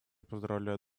поздравляю